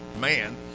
man